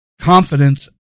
Confidence